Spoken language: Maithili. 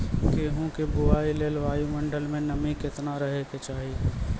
गेहूँ के बुआई लेल वायु मंडल मे नमी केतना रहे के चाहि?